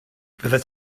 fyddet